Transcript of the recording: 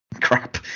crap